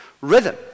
rhythm